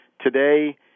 today